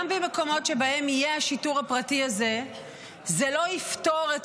גם במקומות שבהם יהיה השיטור הפרטי הזה זה לא יפתור את